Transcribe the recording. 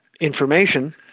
information